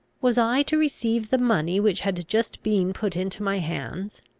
was i to receive the money which had just been put into my hands?